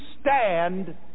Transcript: stand